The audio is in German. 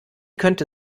könnte